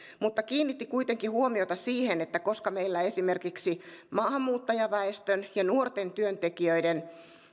mutta kiinnitti kuitenkin huomiota siihen että koska meillä esimerkiksi maahanmuuttajaväestön ja nuorten työntekijöiden